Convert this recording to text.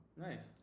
Nice